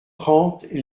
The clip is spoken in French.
trente